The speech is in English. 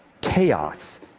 chaos